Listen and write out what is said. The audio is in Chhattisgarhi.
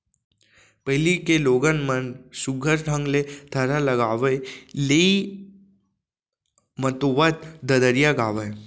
पहिली के लोगन मन सुग्घर ढंग ले थरहा लगावय, लेइ मतोवत ददरिया गावयँ